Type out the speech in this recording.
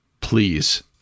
please